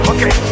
Okay